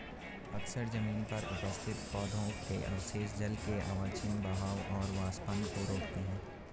अक्सर जमीन पर उपस्थित पौधों के अवशेष जल के अवांछित बहाव और वाष्पन को रोकते हैं